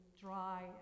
dry